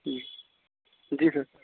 جی جی سر